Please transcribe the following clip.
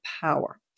power